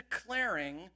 declaring